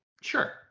sure